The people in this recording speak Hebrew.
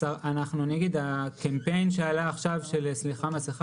נגיד הקמפיין שעלה עכשיו של 'סליחה מסכה',